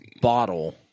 bottle